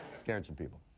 scared some people.